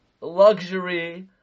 luxury